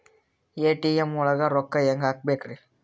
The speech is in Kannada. ಎ.ಟಿ.ಎಂ ಒಳಗ್ ರೊಕ್ಕ ಹೆಂಗ್ ಹ್ಹಾಕ್ಬೇಕ್ರಿ?